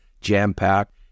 jam-packed